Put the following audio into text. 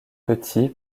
petit